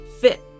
fit